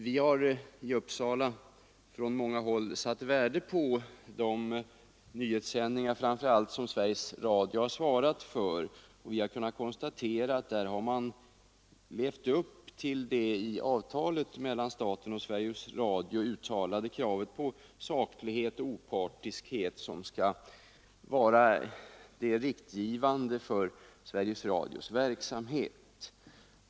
Vi har i Uppsala satt värde på de nyhetssändningar som framför allt Sveriges Radio svarat för, och vi har kunnat konstatera att företaget har levt upp till det i avtalet mellan staten och Sveriges Radio uttalade krav på saklighet och opartiskhet i programmen som skall vara normerande för Sveriges Radios verksamhet.